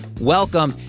welcome